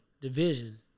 Division